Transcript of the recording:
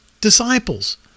disciples